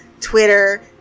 twitter